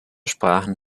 sprachen